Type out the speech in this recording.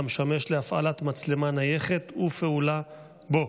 המשמש להפעלת מצלמה נייחת ופעולה בו